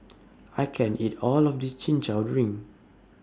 I can't eat All of This Chin Chow Drink